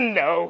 no